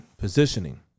positioning